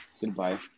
Goodbye